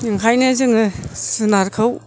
ओंखायनो जोङो जुनारखौ